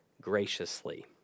graciously